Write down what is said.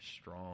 strong